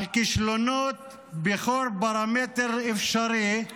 כישלונות בכל פרמטר אפשרי,